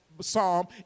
psalm